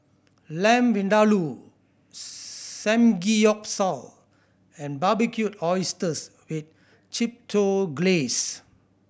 Lamb Vindaloo Samgeyopsal and Barbecued Oysters with Chipotle Glaze